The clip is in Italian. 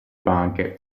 banche